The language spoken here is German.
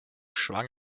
schwang